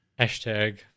Hashtag